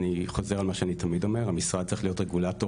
אני חוזר על מה שאני תמיד אומר וזה שהמשרד צריך להיות הרגולטור